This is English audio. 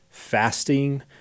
Fasting